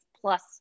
plus